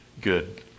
good